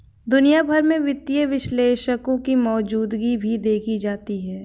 दुनिया भर में वित्तीय विश्लेषकों की मौजूदगी भी देखी जाती है